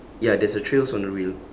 ya there's a trails on the wheel